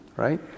right